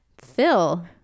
Phil